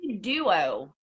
Duo